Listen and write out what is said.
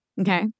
Okay